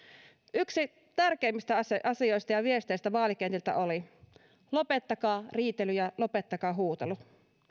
yksi tärkeimmistä asioista ja viesteistä vaalikentiltä oli lopettakaa riitely ja lopettakaa huutelu